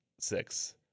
six